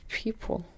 people